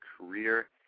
career